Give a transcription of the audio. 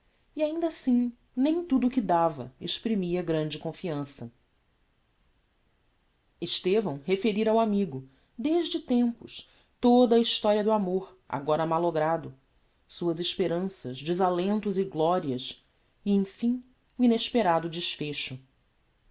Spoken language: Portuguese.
e ainda assim nem tudo o que dava exprimia grande confiança estevão referira ao amigo desde tempos toda a historia do amor agora mallogrado suas esperanças desalentos e glorias e emfim o inesperado desfecho